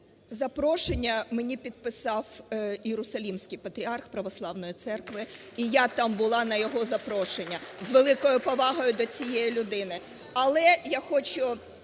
Запрошення мені підписав Єрусалимський Патріарх православної церкви, і я там була на його запрошення, з великою повагою до цієї людини.